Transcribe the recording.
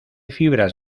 fibras